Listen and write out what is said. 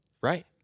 Right